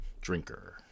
drinker